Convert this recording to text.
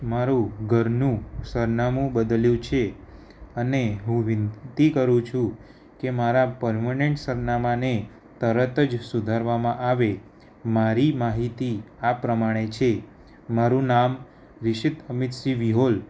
મારું ઘરનું સરનામું બદલ્યું છે અને હું વિનંતી કરું છું કે મારા પરમનેન્ટ સરનામાને તરત જ સુધારવામાં આવે મારી માહિતી આ પ્રમાણે છે મારું નામ રિશિત અમિતસિંહ વિહોલ